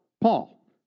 Paul